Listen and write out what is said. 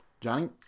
Johnny